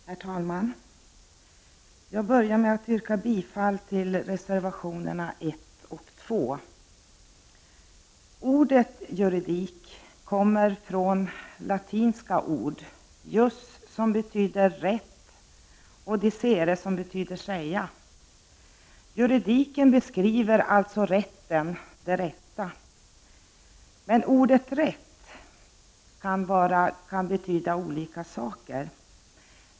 Herr talman! Jag börjar med att yrka bifall till reservationerna 1 och 2. Ordet juridik kommer från de latinska orden jus, som betyder rätt, och dicere, som betyder säga. Juridiken beskriver alltså rätten, det rätta. Men ordet rätt kan betyda olika saker.